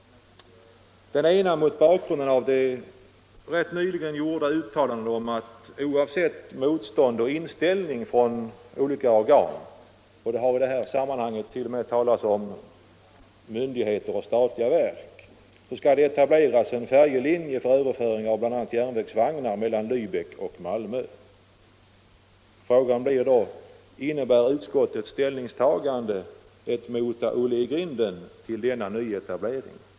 Den ena vill jag framföra mot bakgrund av de nyligen gjorda uttalandena om att det oavsett motstånd och inställning från olika organ —- det hart.o.m. talats om myndigheter och statliga verk — skall etableras en färjelinje för överföring av bl.a. järnvägsvagnar mellan Läbeck och Malmö. Innebär utskottets ställningstagande ett ”mota Olle i grind” till denna nyetablering?